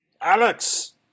Alex